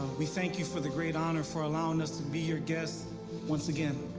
we thank you for the great honor for allowing us to be your guests once again.